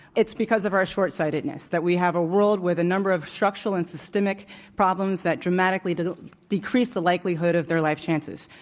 it's because of our shortsightedness that we have a world with a number of structural and systemic problems that dramatically decrease the likelihood of their life chances.